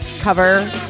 cover